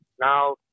Now